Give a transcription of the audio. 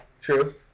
True